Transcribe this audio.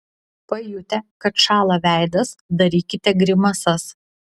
pajutę kad šąla veidas darykite grimasas